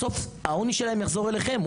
בסוף, העוני שלהם יחזור אליכם.